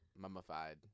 Mummified